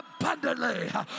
abundantly